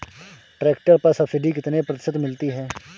Tractor पर subsidy कितने प्रतिशत मिलती है?